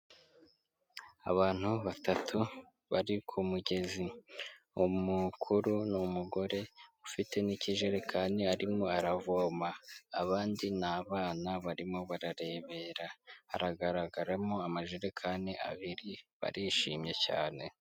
Abantu batatu bari ku kumugezi. Umukuru ni umugore ufite n'ikijerekani arimo aravoma. Abandi ni abana barimo bararebera, haragaragaramo amajerekani abiri, barishimye cyane.